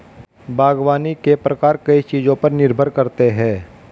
बागवानी के प्रकार कई चीजों पर निर्भर करते है